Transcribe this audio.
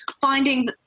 finding